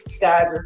guys